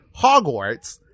Hogwarts